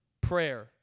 prayer